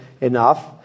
enough